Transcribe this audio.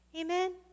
Amen